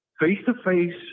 face-to-face